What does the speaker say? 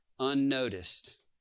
unnoticed